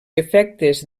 efectes